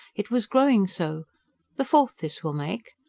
it was growing so the fourth, this will make.